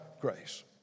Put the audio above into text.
grace